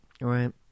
right